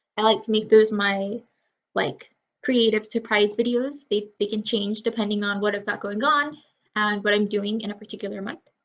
i like to make those my like creative surprise videos. they they can change depending on what i've got going on and what i'm doing in a particular month.